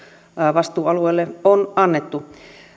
vastuualueelle on annettu